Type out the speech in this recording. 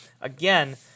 again